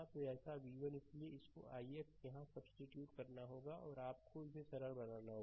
तो ऐसा v1 इसलिए इस ix को यहां सब्सीट्यूट करना होगा और आपको इसे सरल बनाना होगा